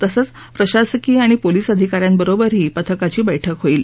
तसंच प्रशासकीय आणि पोलीस अधिका यांबरोबरही पथकाची बैठक होईल